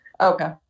okay